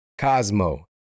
Cosmo